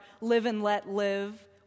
live-and-let-live